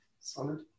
solid